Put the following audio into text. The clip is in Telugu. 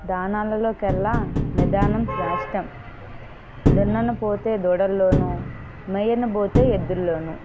దానాలలో కల్లా నిదానం శ్రేష్టం దున్నను పోతే దూడలలోను మేయను పోతే ఎద్దులలోను